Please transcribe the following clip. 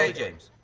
ah james